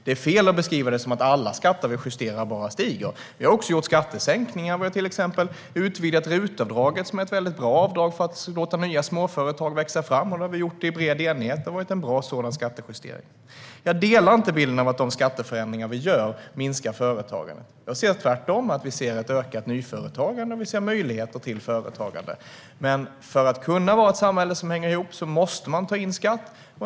Det är fel att beskriva det som att alla skatter vi justerar bara stiger, för vi har också gjort skattesänkningar. Vi har till exempel utvidgat RUT-avdraget, som är ett bra avdrag för att låta nya småföretag växa fram. Detta har vi gjort i bred enighet - det har varit en bra skattejustering. Jag håller inte med om bilden att de skatteförändringar vi gör minskar företagandet. Tvärtom ser vi ett ökat nyföretagande och möjligheter till företagande, men för att kunna vara ett samhälle som hänger ihop måste man ta in skatt.